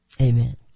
Amen